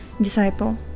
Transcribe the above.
disciple